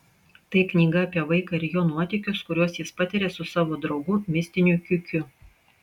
tai knyga apie vaiką ir jo nuotykius kuriuos jis patiria su savo draugu mistiniu kiukiu